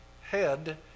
head